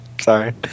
Sorry